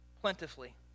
plentifully